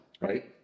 Right